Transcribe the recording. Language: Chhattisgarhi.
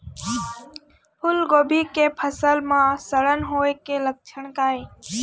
फूलगोभी के फसल म सड़न होय के लक्षण का ये?